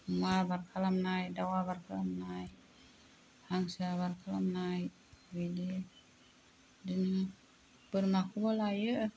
अमा आबाद खालामनाय दाउ आबाद खालामनाय हांसो आबाद खालामनाय बिदिनो बोरमाखौबो लायो